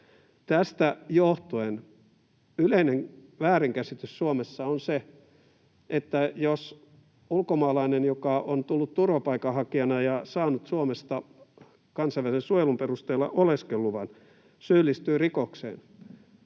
Tästä johtuen yleinen väärinkäsitys Suomessa on se, että jos ulkomaalainen, joka on tullut turvapaikanhakijana ja saanut Suomesta kansainvälisen suojelun perusteella oleskeluluvan, syyllistyy rikokseen,